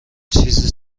چیزی